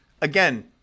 Again